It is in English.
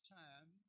time